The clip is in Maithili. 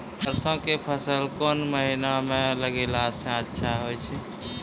सरसों के फसल कोन महिना म लगैला सऽ अच्छा होय छै?